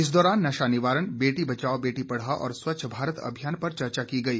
इस दौरान नशा निवारण बेटी बचाओ बेटी पढ़ाओ और स्वच्छ भारत अभियान पर चर्चा की गई